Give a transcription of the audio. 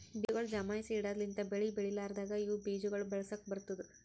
ಬೀಜಗೊಳ್ ಜಮಾಯಿಸಿ ಇಡದ್ ಲಿಂತ್ ಬೆಳಿ ಬೆಳಿಲಾರ್ದಾಗ ಇವು ಬೀಜ ಗೊಳ್ ಬಳಸುಕ್ ಬರ್ತ್ತುದ